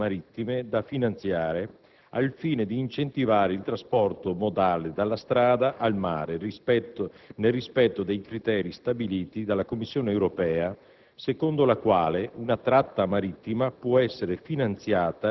Con l'articolo 3, comma 1, sono state individuate le tratte marittime da finanziare al fine di incentivare il trasferimento modale dalla strada al mare nel rispetto dei criteri stabiliti dalla Commissione europea,